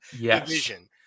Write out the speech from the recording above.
division